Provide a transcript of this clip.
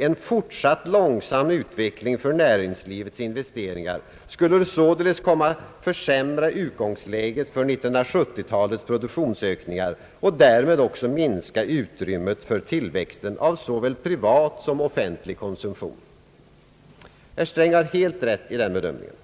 »En fortsatt långsam utveckling för näringslivets investeringar skulle således komma att försämra utgångsläget för 1970-talets produktionsökningar och därmed också minska utrymmet för tillväxten av såväl privat som offentlig konsumtion.» Herr Sträng har helt rätt i den bedömningen.